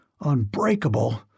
Unbreakable